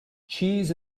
cheese